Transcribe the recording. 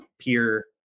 peer